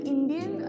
Indian